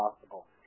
possible